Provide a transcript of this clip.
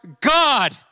God